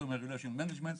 Customer relations management,